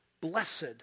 blessed